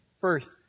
First